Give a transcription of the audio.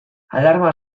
alarma